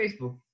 Facebook